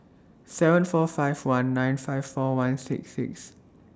seven four five one nine five four one six six